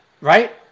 right